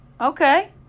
Okay